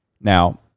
Now